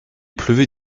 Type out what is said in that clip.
pleuvait